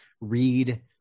read